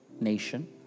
nation